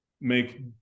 make